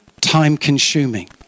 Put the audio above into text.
time-consuming